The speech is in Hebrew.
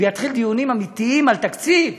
ויתחילו דיונים אמיתיים על תקציב.